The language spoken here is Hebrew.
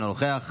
אינו נוכח.